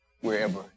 wherever